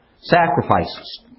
sacrifices